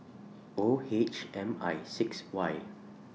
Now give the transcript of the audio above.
O H M I six Y